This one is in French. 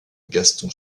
gaston